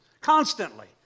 constantly